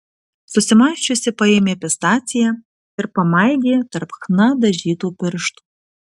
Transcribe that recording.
susimąsčiusi paėmė pistaciją ir pamaigė tarp chna dažytų pirštų